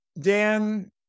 Dan